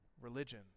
religion